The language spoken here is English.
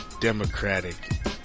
Democratic